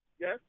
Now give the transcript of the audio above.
Yes